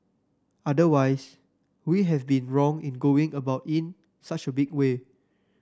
otherwise we have been wrong in going about in such a big way